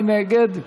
מי נגד?